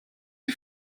die